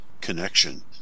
connection